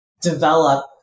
develop